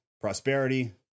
prosperity